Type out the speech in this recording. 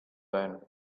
them